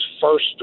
first